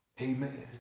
Amen